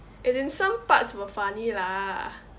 as in some parts were funny lah